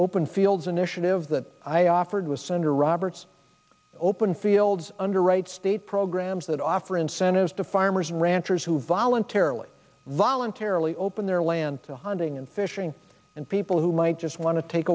open fields initiative that i offered with senator roberts open fields under right state programs that offer incentives to farmers and ranchers who voluntarily voluntarily open their land to hunting and fishing and people who might just want to take